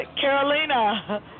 Carolina